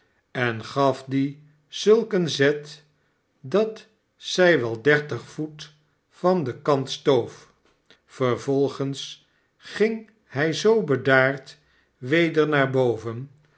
en gaf die zulk een zet dat zij wel dertig voet van den kant stoof vervolgens ging hij zoo bedaard weder naar boven